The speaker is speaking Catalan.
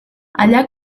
allà